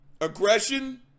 aggression